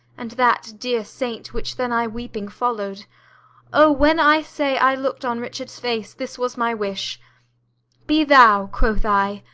and that dear saint which then i weeping follow'd o, when, i say, i look'd on richard's face, this was my wish be thou, quoth i,